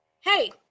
hey